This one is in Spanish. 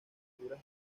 pinturas